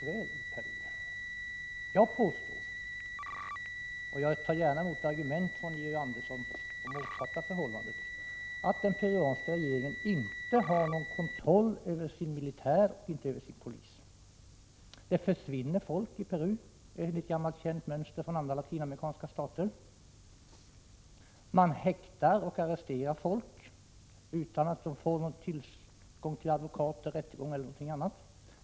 Men jag påstår — och Georg Andersson får gärna komma med argument som tyder på det motsatta förhållandet — att den peruanska regeringen inte har någon kontroll vare sig över militären eller över polisen. Folk försvinner i Peru och det sker enligt gammalt känt mönster från andra latinamerikanska stater. Man häktar och arresterar människor utan att dessa får tillgång till advokat, rättegång e.d.